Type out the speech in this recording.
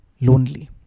lonely